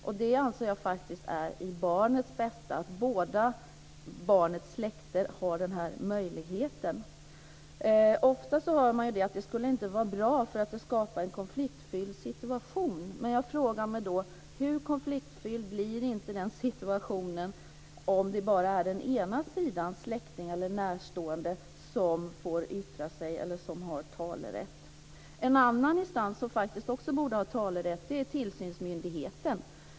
Jag anser att det är för barnets bästa att barnets båda släkter har den möjligheten. Ofta hör man att det inte skulle vara bra därför att det skapar en konfliktfylld situation. Men hur konfliktfylld blir inte situationen om det bara är den ena sidans släkting eller närstående som får yttra sig eller som har talerätt? En annan instans som också borde ha talerätt är tillsynsmyndigheten.